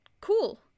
cool